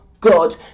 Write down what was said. good